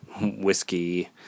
whiskey